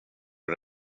att